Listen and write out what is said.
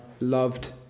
loved